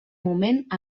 moment